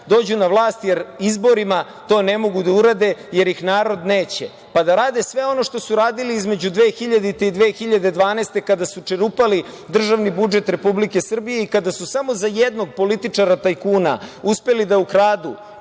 dođu na vlast, jer izborima to ne mogu da urade jer ih narod neće, pa da rade sve ono što su radili između 2000. i 2012. godine, kada su čerupali državni budžet Republike Srbije i kada su samo za jednog političara tajkuna uspeli da ukradu